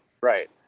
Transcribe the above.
Right